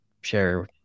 share